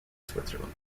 switzerland